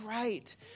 great